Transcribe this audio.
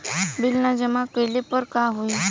Bill न जमा कइले पर का होई?